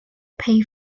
pay